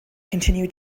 continue